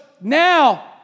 now